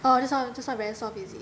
oh just now just now very soft is it